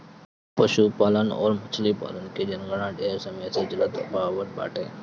पशुपालन अउरी मछरी पालन के जनगणना ढेर समय से चलत आवत बाटे